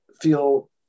feel